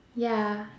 ya